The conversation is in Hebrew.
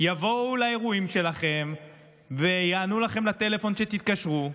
יבואו לאירועים שלכם ויענו לכם לטלפון כשתתקשרו,